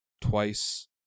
twice